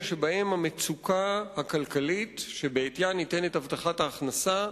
שבהם המצוקה הכלכלית, שבעטיה ניתנת הבטחת ההכנסה,